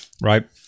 right